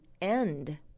end